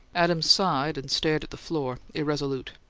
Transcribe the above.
adams sighed, and stared at the floor, irresolute.